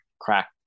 crack